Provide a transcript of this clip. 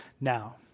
now